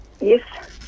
Yes